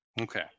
Okay